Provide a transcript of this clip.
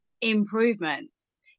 improvements